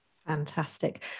Fantastic